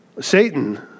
Satan